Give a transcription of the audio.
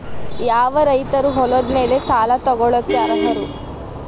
ಯಾವ ರೈತರು ಹೊಲದ ಮೇಲೆ ಸಾಲ ತಗೊಳ್ಳೋಕೆ ಅರ್ಹರು?